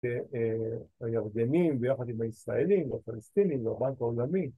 ‫הירדנים, ביחד עם הישראלים, ‫הפלסטינים והבנק העולמי.